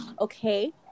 okay